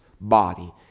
body